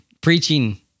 preaching